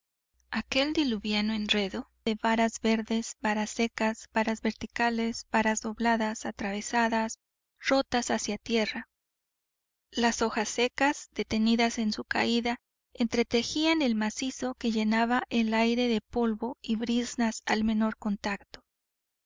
aquel diluviano enredo de varas verdes varas secas varas verticales varas dobladas atravesadas rotas hacia tierra las hojas secas detenidas en su caída entretejían el macizo que llenaba el aire de polvo y briznas al menor contacto